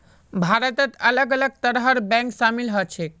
भारतत अलग अलग तरहर बैंक शामिल ह छेक